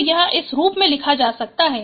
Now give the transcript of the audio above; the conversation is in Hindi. तो यह इस रूप में लिखा जा सकता है